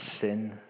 sin